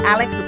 Alex